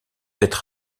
être